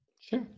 Sure